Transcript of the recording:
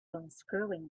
unscrewing